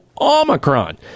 Omicron